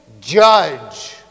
judge